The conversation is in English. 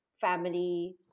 family